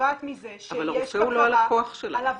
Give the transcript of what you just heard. נובעת מזה שיש בקרה על עבודת --- אבל הרופא הוא לא הלקוח שלך.